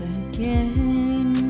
again